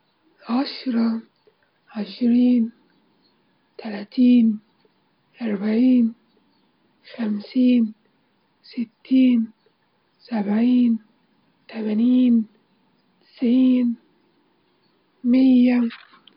عشرة، عشرين، تلاتين، أربعين، خمسين، ستين، سبعين، تمانين، تسعين، مية.